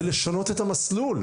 זה לשנות את המסלול,